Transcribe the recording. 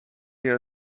here